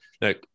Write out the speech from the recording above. Look